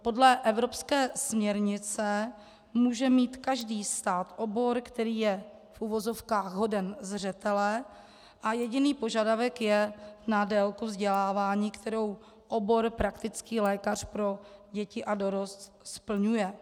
Podle evropské směrnice může mít každý stát obor, který je v uvozovkách hoden zřetele, a jediný požadavek je na délku vzdělávání, kterou obor praktický lékař pro děti a dorost splňuje.